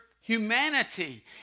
humanity